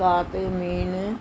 ਅਕਾਦਮਿਕ